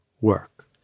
work